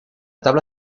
tabla